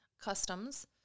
Customs